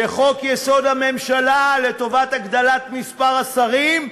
וחוק-יסוד: הממשלה לטובת הגדלת מספר השרים,